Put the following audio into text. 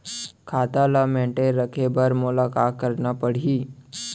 खाता ल मेनटेन रखे बर मोला का करना पड़ही?